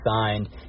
signed